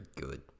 good